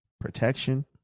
protection